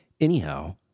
Anyhow